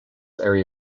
area